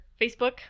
Facebook